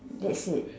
that's it